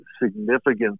Significant